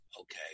Okay